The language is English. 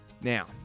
Now